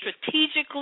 strategically